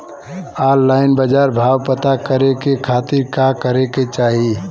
Online बाजार भाव पता करे के खाती का करे के चाही?